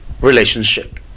relationship